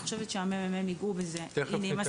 אני חושבת שהממ"מ יגעו בזה הנה,